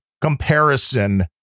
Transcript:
comparison